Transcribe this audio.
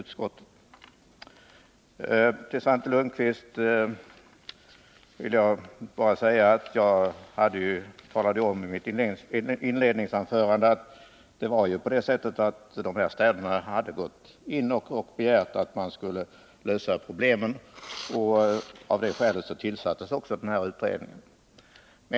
Till Svante Lundkvist vill jag bara säga att jag i mitt inledningsanförande talade om att de här städerna hade begärt att man skulle gå in och lösa problemen. Av det skälet tillsattes också den här utredningen.